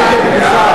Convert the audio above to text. נמנע,